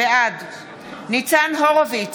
בעד ניצן הורוביץ,